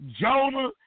Jonah